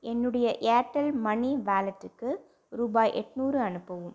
என்னுடைய Airtel money வாலெட்டுக்கு ரூபாய் எட்னூறு அனுப்பவும்